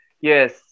yes